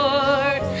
Lord